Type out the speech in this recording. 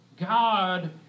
God